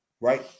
right